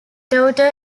daughter